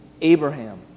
Abraham